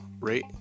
rate